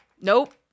Nope